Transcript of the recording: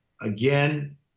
again